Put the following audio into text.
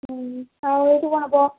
ଆଉ ଏଠି କ'ଣ